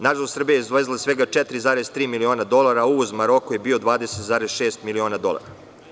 Nažalost, Srbija je izvezla svega 4,3 miliona dolara, a uvoz u Maroko je bio 20,6 miliona dolara.